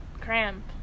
cramp